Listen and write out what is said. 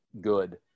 good